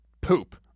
poop